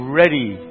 ready